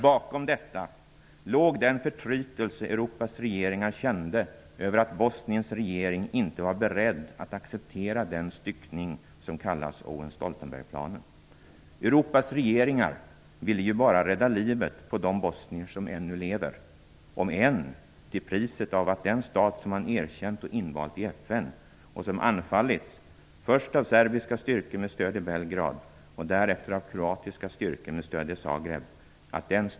Bakom detta låg den förtrytelse Europas regeringar kände över att Bosniens regering inte var beredd att acceptera den styckning som kallas Owen-- Stoltenberg-planen. Europas regeringar ville ju bara rädda livet på de bosnier som ännu levde -- om än till priset av att den stat som man erkänt och invalt i FN i praktiken skulle upphöra. Den staten har nu anfallits först av serbiska styrkor med stöd i Belgrad och därefter av kroatiska styrkor med stöd i Zagreb.